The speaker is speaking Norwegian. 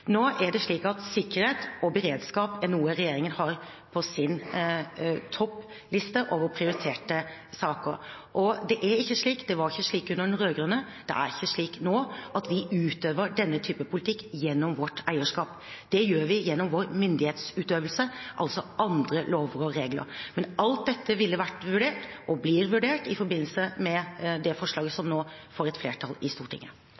Nå er det slik at sikkerhet og beredskap er noe regjeringen har på sin toppliste over prioriterte saker. Det er ikke slik – det var ikke slik under de rød-grønne, det er ikke slik nå – at vi utøver denne type politikk gjennom vårt eierskap. Det gjør vi gjennom vår myndighetsutøvelse, altså andre lover og regler. Men alt dette ville vært vurdert – og blir vurdert – i forbindelse med det forslaget som nå får et flertall i Stortinget.